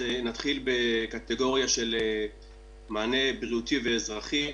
נתחיל בקטגוריה של מענה בריאותי ואזרחי.